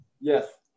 Yes